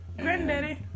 Granddaddy